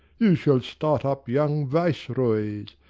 you shall start up young viceroys,